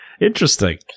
interesting